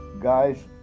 guys